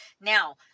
Now